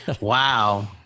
Wow